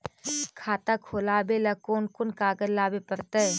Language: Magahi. खाता खोलाबे ल कोन कोन कागज लाबे पड़तै?